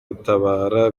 gutabara